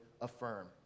affirm